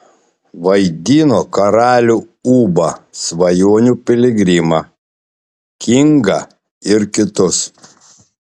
vaidino karalių ūbą svajonių piligrimą kingą ir kitus